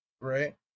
Right